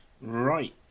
Right